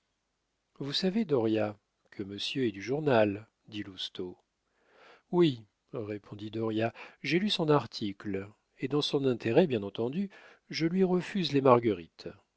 vous savez dauriat que monsieur est du journal dit lousteau oui répondit dauriat j'ai lu son article et dans son intérêt bien entendu je lui refuse les marguerites